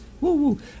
woo